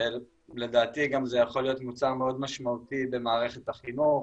ולדעתי זה גם יכול להיות מוצר מאוד משמעותי במערכת החינוך,